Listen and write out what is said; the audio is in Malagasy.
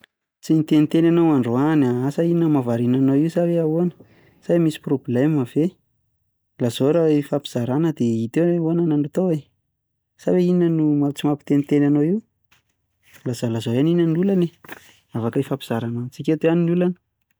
Tsy niteniteny enao androany an, asa inona no mahavarina anao io sa hoe ahoana? Sa hoe misy problema ve? Lazao raha ifampizarana dia hita eo hoe ahoana no atao e sa hoe inona no ma- tsy mampiteniteny anao io? Lazalazao ihany hoe inona ny olana e. Afaka ifampizarana amintsika eto ihany ny olana.